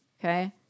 Okay